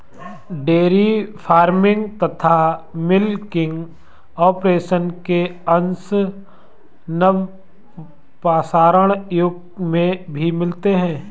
dairy farming तथा milking operation के अंश नवपाषाण युग में भी मिलते हैं